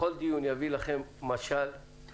הוא בכל דיון יביא לכם משל או דוגמה,